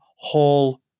hall